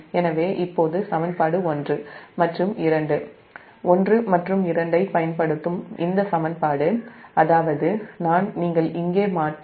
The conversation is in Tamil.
எனவேஇப்போது சமன்பாடு 1 மற்றும் 2 I பயன்படுத்தும் இந்த சமன்பாடு அதாவது I இங்கே மாறும்